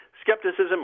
Skepticism